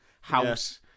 house